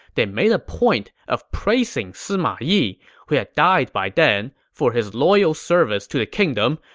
they made a point of praising sima yi, who had died by then, for his loyal service to the kingdom,